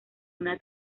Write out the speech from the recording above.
una